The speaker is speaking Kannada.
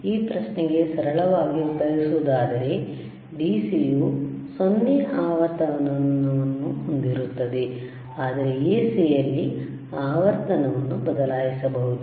ಈ ಪ್ರಶ್ನೆಗೆ ಸರಳವಾಗಿ ಉತ್ತರಿಸುವುದಾದರೆ DC ಯು 0 ಆವರ್ತನವನ್ನು ಹೊಂದಿರುತ್ತದೆ ಆದರೆ AC ಯಲ್ಲಿ ಆವರ್ತನವನ್ನು ಬದಲಾಯಿಸಬಹುದು